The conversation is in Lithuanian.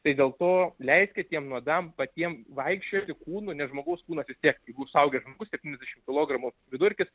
tai dėl to leiskit tiem nuodam patiem vaikščioti kūnu nes žmogaus kūnas vis tiek jeigu suaugęs žmogus septyniasdešim kilogramų vidurkis